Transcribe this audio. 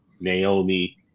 Naomi